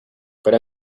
but